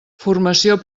formació